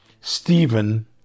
Stephen